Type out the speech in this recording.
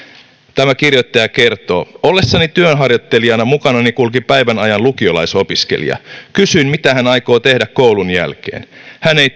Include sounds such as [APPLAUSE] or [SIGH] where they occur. tämä kirjoittaja kertoo ollessani työharjoittelijana mukanani kulki päivän ajan lukiolaisopiskelija kysyin mitä hän aikoo tehdä koulun jälkeen hän ei [UNINTELLIGIBLE]